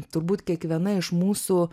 turbūt kiekviena iš mūsų